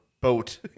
boat